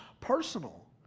personal